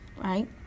right